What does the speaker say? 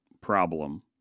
problem